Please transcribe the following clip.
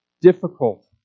difficult